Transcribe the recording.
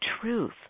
truth